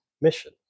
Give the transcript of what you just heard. mission